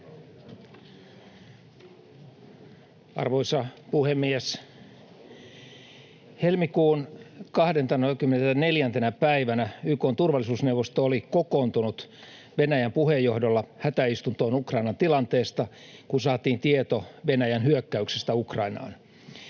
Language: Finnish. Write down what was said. Arvoisa puhemies! Helmikuun 24. päivänä YK:n turvallisuusneuvosto oli kokoontunut Venäjän puheenjohdolla hätäistuntoon Ukrainan tilanteesta, kun saatiin tieto Venäjän hyökkäyksestä Ukrainaan.